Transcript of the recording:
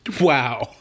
Wow